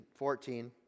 14